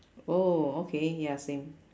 oh okay ya same